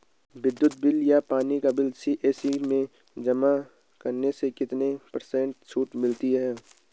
विद्युत बिल या पानी का बिल सी.एस.सी में जमा करने से कितने पर्सेंट छूट मिलती है?